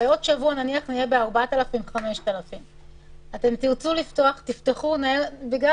הרי עוד שבוע נהיה ב-4,000 5,000. אתם תפתחו מהר ובגלל